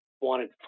wanted